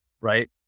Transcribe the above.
right